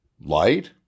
Light